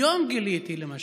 היום גיליתי, למשל,